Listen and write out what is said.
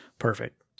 Perfect